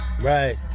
Right